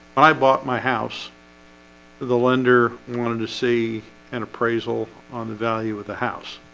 i bought my house the lender wanted to see an appraisal on the value of the house